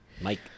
Mike